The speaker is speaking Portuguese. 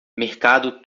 mercado